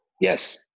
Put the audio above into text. Yes